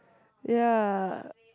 ya